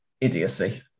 idiocy